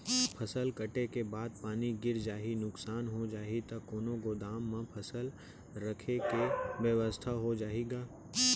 फसल कटे के बाद पानी गिर जाही, नुकसान हो जाही त कोनो गोदाम म फसल रखे के बेवस्था हो जाही का?